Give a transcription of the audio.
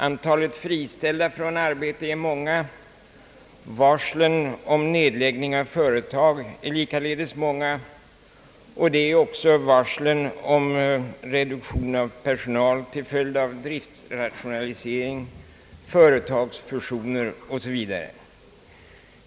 Antalet friställda från arbete är många, varslen om nedläggning av företag är också många liksom även varslen om reduktion av personal till följd av driftsrationalisering, <Tföretagsfusioner OSV.